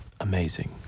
amazing